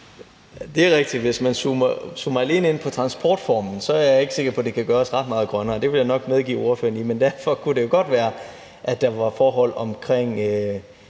Det er rigtigt. Hvis man alene zoomer ind på transportformen, er jeg ikke sikker på, det kan gøres ret meget grønnere. Det vil jeg nok medgive ordføreren. Men derfor kunne det jo godt være, at der var forhold omkring